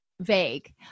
Vague